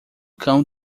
cão